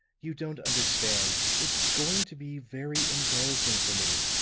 you don't understand. it's going to be very embarrassing for me.